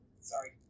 Sorry